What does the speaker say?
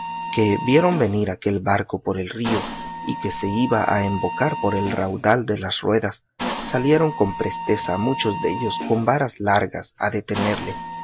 que vieron venir aquel barco por el río y que se iba a embocar por el raudal de las ruedas salieron con presteza muchos dellos con varas largas a detenerle